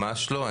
ממש לא.